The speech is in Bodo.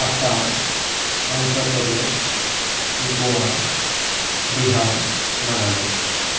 आसाम अन्ध्र प्रदेश ग'वा बिहार नागालेण्ड